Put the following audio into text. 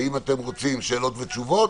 האם אתם רוצים שאלות ותשובות,